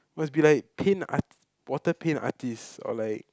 must be like paint art~ water paint artist or like